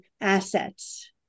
assets